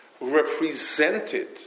represented